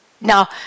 Now